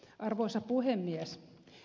arvoisa puhemies